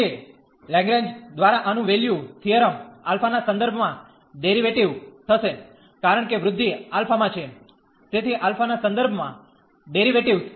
તેથી લેંગરેંજ દ્વારા આનું વેલ્યુ થીયરમ α ના સંદર્ભમાં ડેરીવેટીવ થશે કારણ કે વૃદ્ધિ α માં છે તેથી α ના સંદર્ભમાં ડેરીવેટીવ